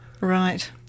Right